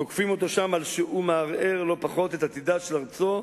תוקפים אותו שם שהוא מערער את עתידה של ארצו,